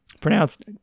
pronounced